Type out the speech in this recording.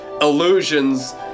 illusions